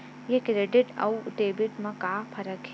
ये क्रेडिट आऊ डेबिट मा का फरक है?